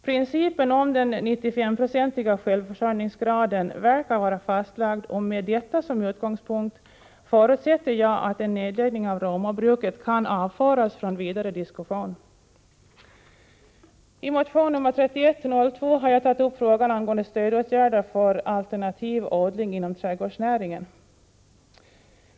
Principen om den 95 procentiga självförsörjningsgraden verkar vara fastlagd, och med detta som utgångspunkt förutsätter jag att en nedläggning av Romabruket kan avföras från vidare diskussion. I motion nr 3102 har jag tagit upp frågan angående stödåtgärder för alternativ odling inom trädgårdsnäringen.